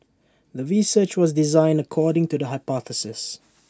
the research was designed according to the hypothesis